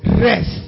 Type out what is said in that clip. Rest